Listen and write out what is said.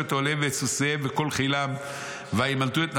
את אוהליהם ואת סוסיהם וכל חילם וימלטו את נפשם,